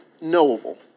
knowable